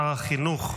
שר החינוך,